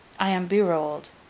i am berold,